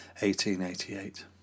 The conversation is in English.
1888